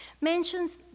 mentions